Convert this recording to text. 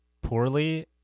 poorly